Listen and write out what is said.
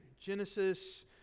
Genesis